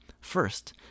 First